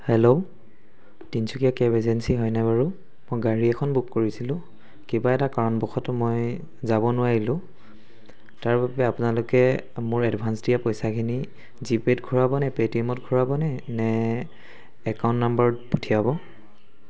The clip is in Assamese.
হেল্ল' তিনিচুকীয়া কেব এজেঞ্চী হয়নে বাৰু মই গাড়ী এখন বুক কৰিছিলোঁ কিবা এটা কাৰণবশতঃ মই যাব নোৱাৰিলোঁ তাৰ বাবে আপোনালোকে মোৰ এডভাঞ্চ দিয়া পইচাখিনি জি পে'ত ঘূৰাবনে পে' টি এমত ঘূৰাবনে নে একাউণ্ট নাম্বাৰত পঠিয়াব